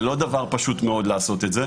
זה לא דבר פשוט מאוד לעשות את זה.